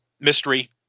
mystery